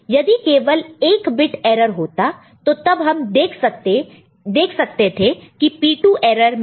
यदि केवल एक बिट एरर होता तो तब हम देख सकते थे की की P2 एरर में है